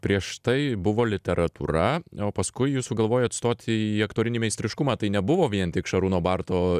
prieš tai buvo literatūra o paskui jūs sugalvojot stot į aktorinį meistriškumą tai nebuvo vien tik šarūno barto